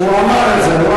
הוא אמר את זה.